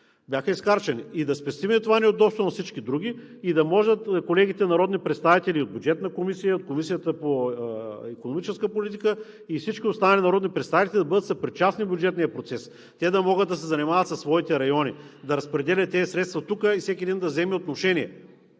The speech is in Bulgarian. Бяха изхарчени! Да спестим това неудобство на всички други и да могат колегите народни представители от Бюджетна комисия, от Комисията по икономическа политика и всички останали народни представители да бъдат съпричастни в бюджетния процес. Те да могат да се занимават със своите райони, да разпределят тези средства тук, и всеки един да вземе отношение